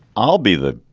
i'll be the